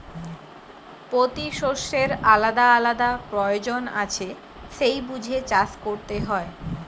পোতি শষ্যের আলাদা আলাদা পয়োজন আছে সেই বুঝে চাষ কোরতে হয়